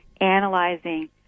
analyzing